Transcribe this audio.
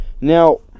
Now